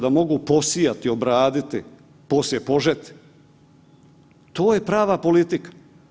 Da mogu posijati, obraditi poslije požet, to je prava politika.